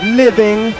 living